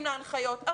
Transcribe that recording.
פעולות דרסטיות,